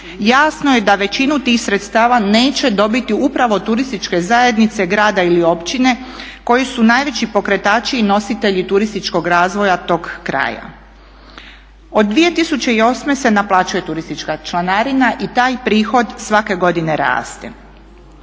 jasno je da većinu tih sredstava neće dobiti upravo turističke zajednice grada ili općine koji su najveći pokretači i nositelji turističkog razvoja toga kraja. Od 2008. se naplaćuje turistička članarina i taj prihod svake godine raste.